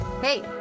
Hey